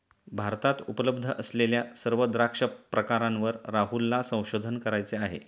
भारतात उपलब्ध असलेल्या सर्व द्राक्ष प्रकारांवर राहुलला संशोधन करायचे आहे